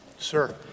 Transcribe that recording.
Sir